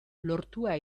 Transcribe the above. lortua